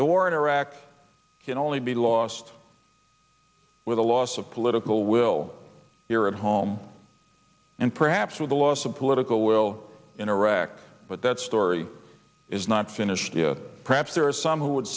the war in iraq can only be lost with the loss of political will here at home and perhaps with the loss of political will in iraq but that story is not finished perhaps there are some who would